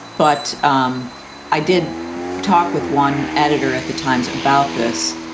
but um i did talk with one editor at the times about this,